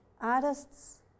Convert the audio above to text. artists